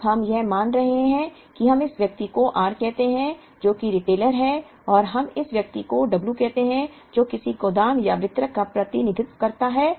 अब हम यह मान रहे हैं कि हम इस व्यक्ति को r कहते हैं जो कि रिटेलर है और हम इस व्यक्ति को w कहते हैं जो किसी गोदाम या वितरक का प्रतिनिधित्व कर सकता है